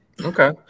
Okay